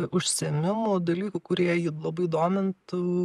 užsiėmimų dalykų kurie jį labai domintų